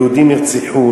היהודים נרצחו,